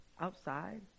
outside